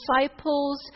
disciples